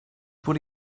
wurde